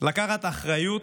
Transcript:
לקחת אחריות,